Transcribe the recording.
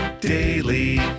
daily